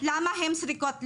למה הן צריכות לסבול?